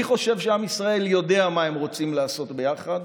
אני חושב שעם ישראל יודע מה הם רוצים לעשות ביחד,